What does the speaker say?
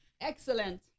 Excellent